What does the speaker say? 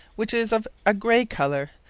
which is of a gray colour,